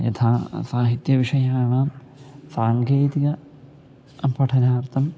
यथा साहित्यविषयाणां साङ्केतिकं पठनार्थं